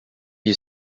you